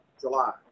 July